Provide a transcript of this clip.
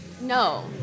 No